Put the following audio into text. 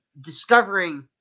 discovering